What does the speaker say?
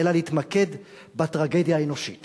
אלא להתמקד בטרגדיה האנושית